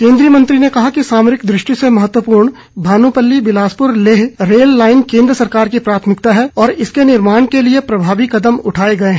केन्द्रीय मंत्री ने कहा कि सामरिक दृष्टि से महत्वपूर्ण भानुपल्ली बिलासपुर लेह रेल लाईन केन्द्र सरकार की प्राथमिकता है और इसके निर्माण के लिए प्रभावी कदम उठाए गए हैं